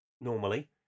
normally